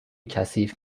کثیف